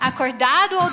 Acordado